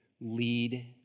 lead